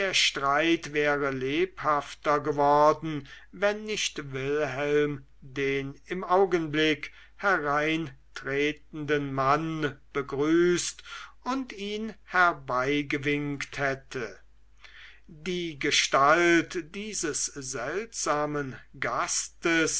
streit wäre lebhafter geworden wenn nicht wilhelm den im augenblick hereintretenden mann begrüßt und ihn herbeigewinkt hätte die gestalt dieses seltsamen gastes